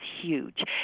huge